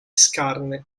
scarne